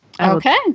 Okay